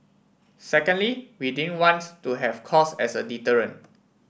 secondly we didn't wants to have cost as a deterrent